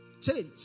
Change